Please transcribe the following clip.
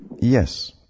Yes